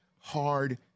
hard